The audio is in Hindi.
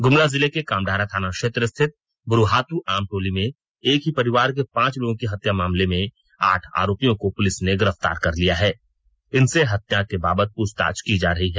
गुमला जिले के कामडारा थाना क्षेत्र स्थित बुरूहातू आमटोली में एक ही परिवार के पांच लोगों की हत्या मामले में आठ आरोपियों को पुलिस ने गिरफ्तार कर लिया है इनसे हत्या के बाबत पूछताछ की जा रही है